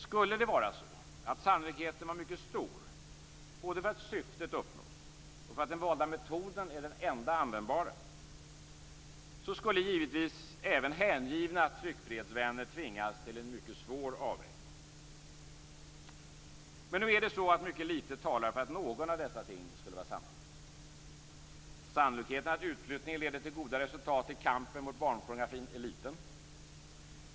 Skulle det vara så att sannolikheten var mycket stor både för att syftet uppnås och för att den valda metoden är den enda användbara, skulle givetvis även hängivna tryckfrihetsvänner tvingas till en mycket svår avvägning. Men nu är det så att mycket litet talar för att något av dessa ting skulle vara sant. Sannolikheten att utflyttningen leder till goda resultat i kampen mot barnpornografin är liten.